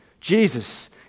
Jesus